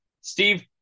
Steve